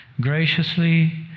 graciously